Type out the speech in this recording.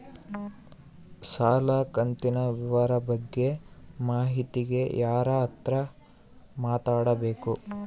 ಸಾಲ ಕಂತಿನ ವಿವರ ಬಗ್ಗೆ ಮಾಹಿತಿಗೆ ಯಾರ ಹತ್ರ ಮಾತಾಡಬೇಕು?